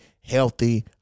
healthy